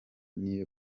n’iyo